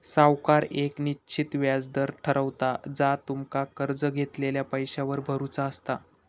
सावकार येक निश्चित व्याज दर ठरवता जा तुमका कर्ज घेतलेल्या पैशावर भरुचा असता